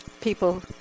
people